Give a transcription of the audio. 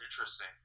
Interesting